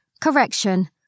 Correction